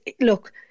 look